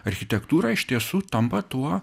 architektūra iš tiesų tampa tuo